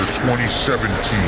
2017